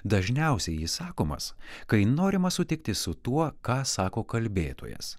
dažniausiai jis sakomas kai norima sutikti su tuo ką sako kalbėtojas